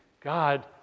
God